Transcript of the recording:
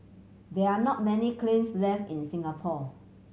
there are not many kilns left in Singapore